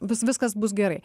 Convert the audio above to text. vis viskas bus gerai